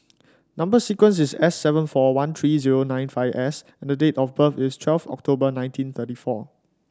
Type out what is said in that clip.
number sequence is S seven four one three zero nine five S and date of birth is twelve October nineteen thirty four